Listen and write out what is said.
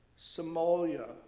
Somalia